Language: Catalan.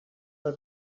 pel